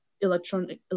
electronic